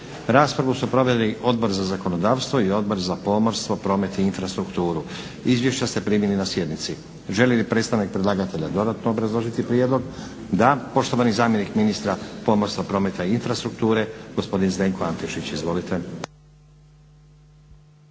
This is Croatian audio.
Raspravu su proveli Odbor za zakonodavstvo i Odbor za pomorstvo, promet i infrastrukturu. Izvješća ste primili na sjednici. Želi li predstavnik predlagatelja dodatno obrazložiti prijedlog? Da. Poštovani zamjenik ministra pomorstva, prometa i infrastrukture gospodin Zdenko Antešić. Izvolite.